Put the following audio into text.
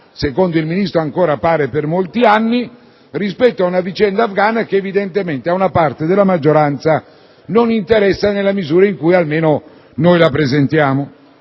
secondo il Ministro per molti anni, rispetto alla vicenda afghana che evidentemente ad una parte della maggioranza non interessa, almeno nella misura in cui noi la presentiamo.